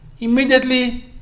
Immediately